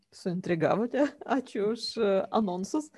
suintrigavote ačiū už anonsus